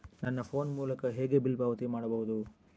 ನನ್ನ ಫೋನ್ ಮೂಲಕ ಹೇಗೆ ಬಿಲ್ ಪಾವತಿ ಮಾಡಬಹುದು?